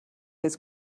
his